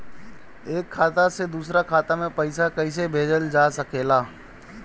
एक खाता से दूसरे खाता मे पइसा कईसे भेजल जा सकेला?